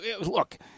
look